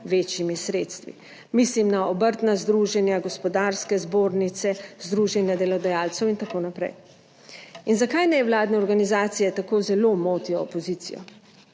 večjimi sredstvi, mislim na obrtna združenja, gospodarske zbornice, združenja delodajalcev, itn. In zakaj nevladne organizacije tako zelo motijo opozicijo?